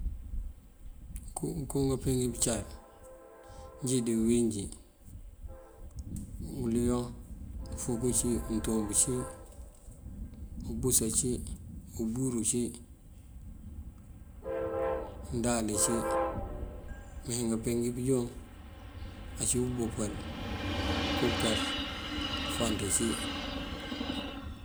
Ngëko, ngënko ngampee ngí pëncar injí dí biwínjí: uliyoŋ, ufúgú cí, untúmp cí, ubus ací, umbúrú cí, undáali ací. Me ngampee ngí pëñoon ací umboopal, ufánt ací.